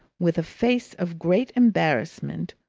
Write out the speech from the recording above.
with a face of great embarrassment,